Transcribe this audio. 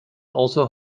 also